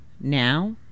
Now